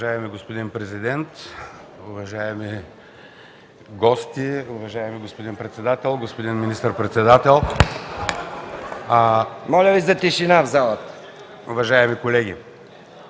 Моля Ви за тишина в залата.